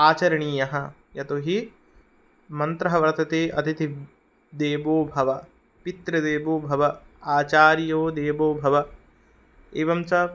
आचरणीयः यतो हि मन्त्रः वर्तते अतिथिदेवो भव पितृदेवो भव आचार्यदेवो भव एवं च